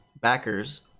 backers